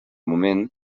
moment